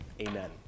Amen